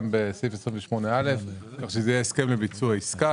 בסעיף 28א כך שזה יהיה הסכם לביצוע עסקה,